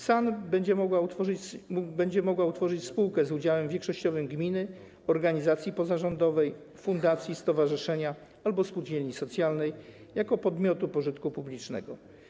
SAN będzie mogła utworzyć spółkę z udziałem większościowym gminy, organizacji pozarządowej, fundacji, stowarzyszenia albo spółdzielni socjalnej jako podmiotu pożytku publicznego.